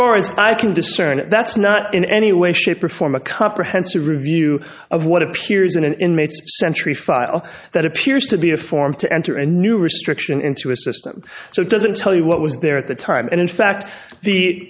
far as i can discern that's not in any way shape or form a comprehensive review of what appears in an inmate's century file that appears to be a form to enter a new restriction into a system so it doesn't tell you what was there at the time and in fact the